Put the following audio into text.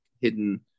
hidden